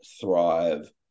thrive